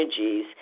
energies